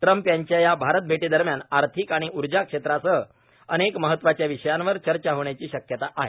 Trump यांच्या या भारत भेटीदरम्यान आर्थिक आणि ऊर्जा क्षेत्रासह अनेक महत्वाच्या विषयांवर चर्चा होण्याची शक्यता आहे